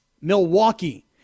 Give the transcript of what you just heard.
Milwaukee